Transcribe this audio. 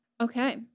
Okay